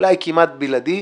אולי כמעט בלעדי,